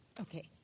Okay